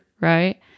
right